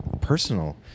personal